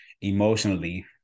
Emotionally